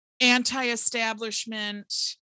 anti-establishment